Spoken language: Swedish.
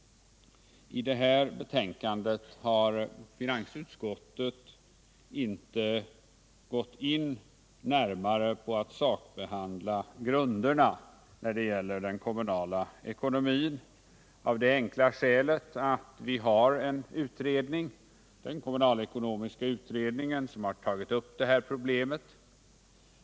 I det här betänkandet har finansutskottet inte gått in närmare på att sakbehandla grunderna när det gäller den kommunala ekonomin, av det enkla skälet att vi har en utredning —- den kommunalekonomiska utredningen —-som har tagit upp det här problemet.